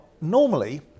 normally